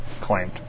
claimed